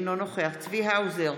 אינו נוכח צבי האוזר,